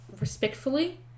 respectfully